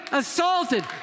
assaulted